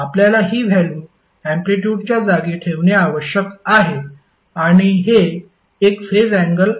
आपल्याला हि व्हॅल्यु अँप्लिटयूडच्या जागी ठेवणे आवश्यक आहे आणि हे एक फेज अँगल आहे